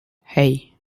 hey